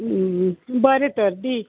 बरें तर दी